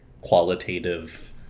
qualitative